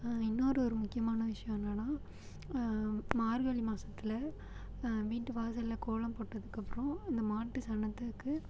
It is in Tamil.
இன்னொரு ஒரு முக்கியமான விஷியம் என்னென்னா மார்கழி மாசத்தில் வீட்டு வாசல்ல கோலம் போட்டதுக்கு அப்புறம் அந்த மாட்டு சாணத்துக்கு